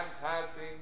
passing